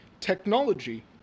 Technology